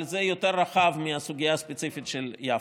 אבל זה יותר רחב מהסוגיה הספציפית של יפו.